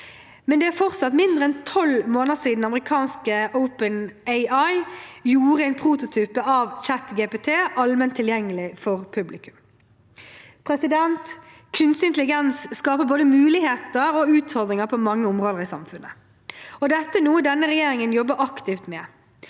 men det er fortsatt mindre enn tolv måneder siden amerikanske OpenAI gjorde en prototype av ChatGPT allment tilgjengelig for publikum. Kunstig intelligens skaper både muligheter og utfordringer på mange områder i samfunnet, og dette er noe denne regjeringen jobber aktivt med.